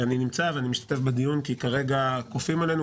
משתתף בדיון כי כרגע כופים עלינו,